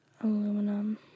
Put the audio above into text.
aluminum